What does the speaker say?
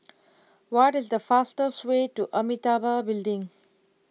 what is the fastest way to Amitabha Building